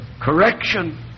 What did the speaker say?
correction